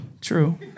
true